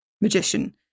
magician